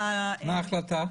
מה ההחלטה?